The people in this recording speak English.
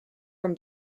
from